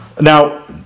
Now